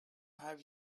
have